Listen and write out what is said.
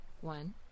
One